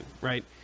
right